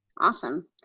Awesome